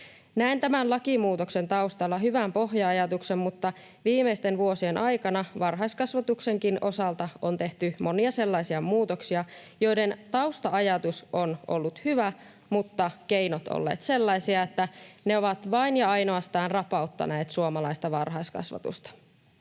Näen tämän lakimuutoksen taustalla hyvän pohja-ajatuksen, mutta viimeisten vuosien aikana varhaiskasvatuksenkin osalta on tehty monia sellaisia muutoksia, joiden tausta-ajatus on ollut hyvä mutta keinot ovat olleet sellaisia, että ne ovat vain ja ainoastaan rapauttaneet suomalaista varhaiskasvatusta.